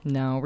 no